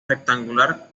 rectangular